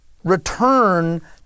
return